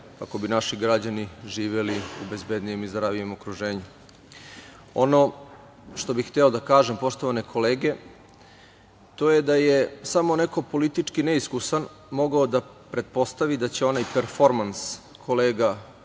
kako bi naši građani živeli u bezbednijem i zdravijem okruženju. Ono što bih hteo da kažem, poštovane kolege, to je da je samo neko politički neiskusan mogao da pretpostavi da će onaj performans kolega